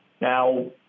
Now